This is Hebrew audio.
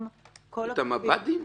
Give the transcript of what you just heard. את המב"דים?